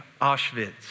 Auschwitz